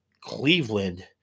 Cleveland